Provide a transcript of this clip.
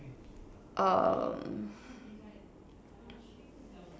um